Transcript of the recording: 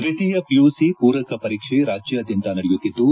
ದ್ವಿತೀಯ ಪಿಯುಸಿ ಪೂರಕ ಪರೀಕ್ಷೆ ರಾಜ್ಯಾದ್ಯಂತ ನಡೆಯುತ್ತಿದ್ದು